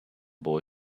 boy